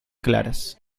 claras